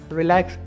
relax